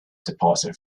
departure